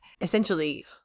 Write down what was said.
essentially